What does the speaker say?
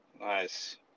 nice